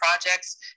projects